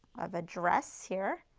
of a dress here,